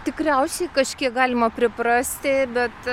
tikriausiai kažkiek galima priprasti bet